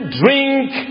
drink